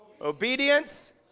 obedience